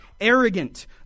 Arrogant